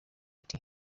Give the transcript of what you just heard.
ati